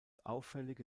auffällige